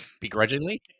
Begrudgingly